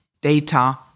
data